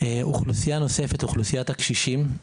אוכלוסיית הקשישים,